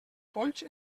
polls